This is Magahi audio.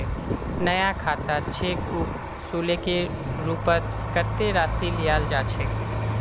नया खातात चेक बुक शुल्केर रूपत कत्ते राशि लियाल जा छेक